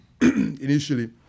initially